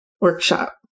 workshop